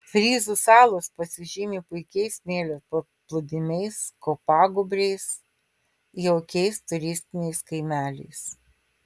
fryzų salos pasižymi puikiais smėlio paplūdimiais kopagūbriais jaukiais turistiniais kaimeliais